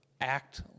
act